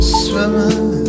swimming